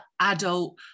adult